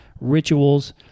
rituals